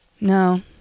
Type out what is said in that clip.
No